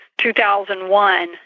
2001